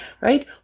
right